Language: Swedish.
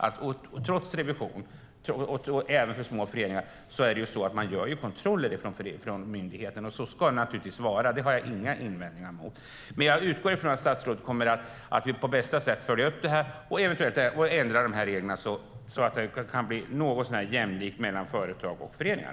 Trots kravet på revision även för små föreningar gör myndigheten kontroller, och så ska det naturligtvis vara - det har jag inga invändningar mot. Jag utgår från att statsrådet kommer att på bästa sätt följa upp det här och ändra reglerna så att det blir något så när jämlikt mellan företag och föreningar.